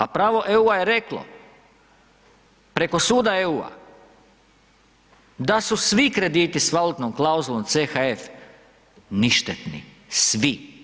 A pravo EU-a je reko preko suda EU-a da su svi krediti s valutnom klauzulom CHF ništetni, svi.